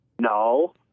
No